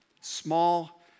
small